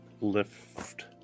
lift